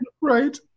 Right